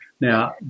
Now